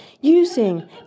using